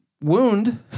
wound